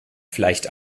vielleicht